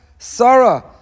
Sarah